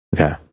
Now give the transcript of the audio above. Okay